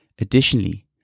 Additionally